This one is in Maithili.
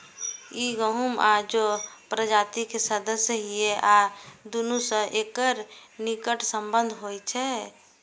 ई गहूम आ जौ प्रजाति के सदस्य छियै आ दुनू सं एकर निकट संबंध होइ छै